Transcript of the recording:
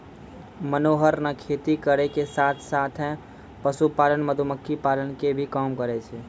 मनोहर नॅ खेती करै के साथॅ साथॅ, पशुपालन, मधुमक्खी पालन के भी काम करै छै